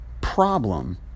problem